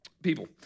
people